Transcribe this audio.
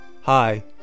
hi